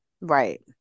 Right